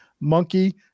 monkey